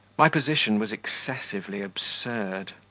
my position was excessively absurd.